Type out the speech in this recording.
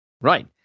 Right